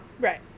right